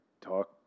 talk